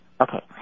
Okay